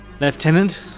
Lieutenant